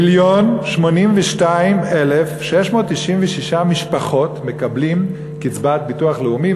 מיליון ו-82,696 משפחות מקבלות קצבת ביטוח לאומי,